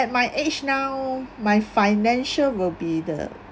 at my age now my financial will be the